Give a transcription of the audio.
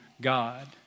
God